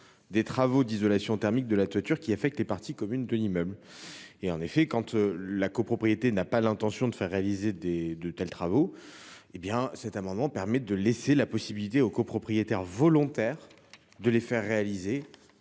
des travaux d’isolation thermique de la toiture qui affectent les parties communes. En effet, lorsque la copropriété n’a pas l’intention de faire réaliser de tels travaux, il convient de laisser la possibilité aux copropriétaires volontaires de le faire à leurs